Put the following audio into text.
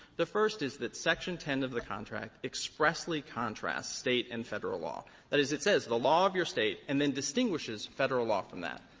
the first is that section ten of the contract expressly contrasts state and federal law that is, it says the law of your state, and then distinguishes federal law from that.